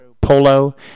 polo